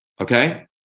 okay